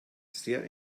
sehr